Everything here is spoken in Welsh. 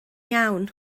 iawn